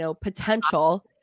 potential